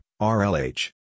RLH